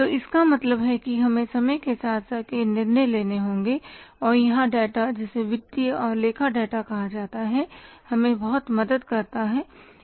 तो इसका मतलब है कि हमें समय के साथ कई निर्णय लेने होंगे और यहाँ डाटा जिसे वित्तीय और लेखा डाटा कहा जाता है हमें बहुत मदद करता है